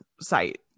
site